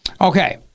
Okay